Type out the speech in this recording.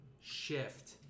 shift